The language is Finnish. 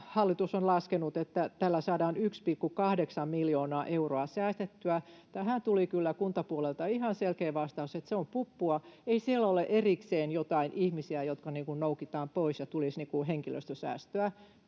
hallitus on laskenut, että tällä saadaan 1,8 miljoonaa euroa säästettyä. Tähän tuli kyllä kuntapuolelta ihan selkeä vastaus, että se on puppua. Ei siellä ole erikseen joitain ihmisiä, jotka noukitaan pois ja tulisi henkilöstösäästöä,